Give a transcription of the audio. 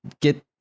get